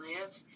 live